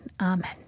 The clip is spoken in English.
Amen